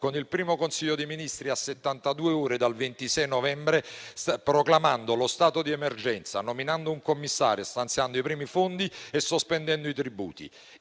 con il primo Consiglio dei ministri a settantadue ore dal 26 novembre, proclamando lo stato di emergenza, nominando un commissario, stanziando i primi fondi e sospendendo i tributi.